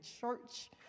Church